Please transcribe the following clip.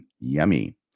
yummy